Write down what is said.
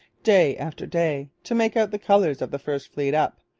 day after day, to make out the colours of the first fleet up.